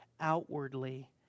outwardly